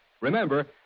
Remember